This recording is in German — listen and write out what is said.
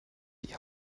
die